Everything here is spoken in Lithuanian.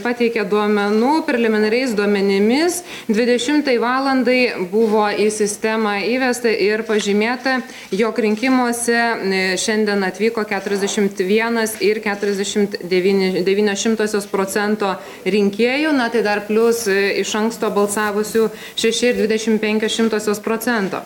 pateikė duomenų preliminariais duomenimis dvidešimtai valandai buvo į sistemą įvesta ir pažymėta jog rinkimuose šiandien atvyko keturiasdešimt vienas ir keturiasdešimt devynios šimtosios procento rinkėjų na tai dar plius iš anksto balsavusių šeši ir dvidešimt penkios šimtosios procento